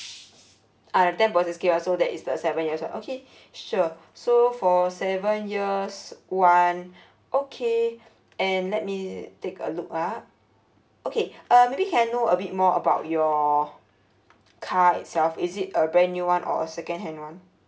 ah the ten point six K one so that is the seven years one okay sure so for seven years one okay and let me take a look ah okay uh maybe can I know a bit more about your car itself is it a brand new one or a second hand one